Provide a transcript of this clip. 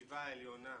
בחטיבה העליונה,